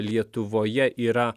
lietuvoje yra